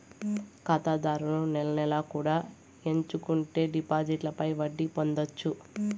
ఖాతాదారులు నెల నెలా కూడా ఎంచుకుంటే డిపాజిట్లపై వడ్డీ పొందొచ్చు